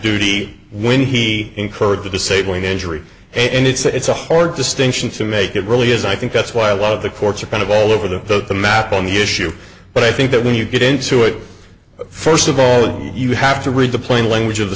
duty when he incurred the disabling injury and it's a horrid distinction to make it really is i think that's why a lot of the courts are kind of all over the map on the issue but i think that when you get into it first of all you have to read the plain language of the